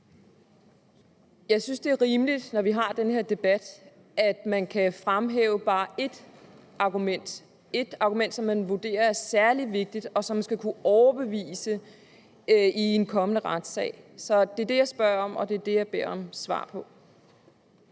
Jeg synes, det er rimeligt, når vi har den her debat, at man kan fremhæve bare ét argument, ét argument, som man vurderer er særlig vigtigt, og som skal kunne overbevise i en kommende retssag. Så det er det, jeg spørger om, og det er det, jeg beder om svar på.